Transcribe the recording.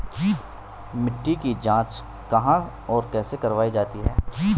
मिट्टी की जाँच कहाँ और कैसे करवायी जाती है?